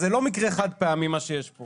אז זה לא מקרה חד פעמי מה שיש פה.